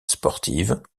sportives